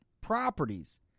properties